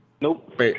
Nope